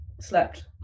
slept